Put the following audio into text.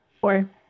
Four